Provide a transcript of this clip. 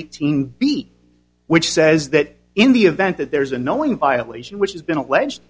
eighteen beat which says that in the event that there is a no one violation which has been alleged